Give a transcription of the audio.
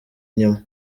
inyuma